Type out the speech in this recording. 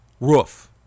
roof